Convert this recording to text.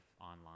online